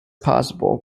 possible